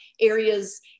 areas